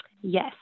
Yes